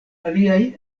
aliaj